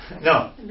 No